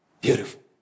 Beautiful